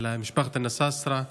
את משפחת נסאסרה,